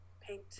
paint